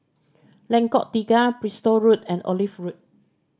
Lengkok Tiga Bristol Road and Olive Road